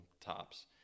tops